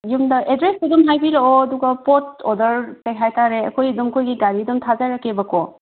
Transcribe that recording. ꯌꯨꯝꯗ ꯑꯦꯗ꯭ꯔꯦꯁꯇꯣ ꯑꯗꯨꯝ ꯍꯥꯏꯕꯤꯔꯛꯑꯣ ꯑꯗꯨꯒ ꯄꯣꯠ ꯑꯣꯔꯗꯔ ꯀꯔꯤ ꯍꯥꯏꯕꯇꯥꯔꯦ ꯑꯩꯈꯣꯏ ꯑꯗꯨꯝ ꯑꯩꯈꯣꯏꯒꯤ ꯒꯥꯔꯤ ꯑꯗꯨꯝ ꯊꯥꯖꯔꯛꯀꯦꯕꯀꯣ